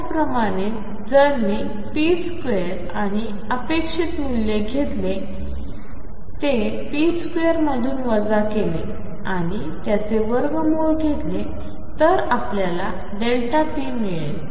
त्याचप्रमाणे जर मी ⟨p⟩2 आणि अपेक्षित मूल्य घेतले ते〖⟨p⟩2 मधून वजा केले आणि त्याचे वर्गमूळ घेतले तर आपल्याला p मिळेल